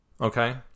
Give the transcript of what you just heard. okay